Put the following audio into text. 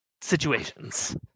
situations